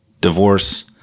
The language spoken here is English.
divorce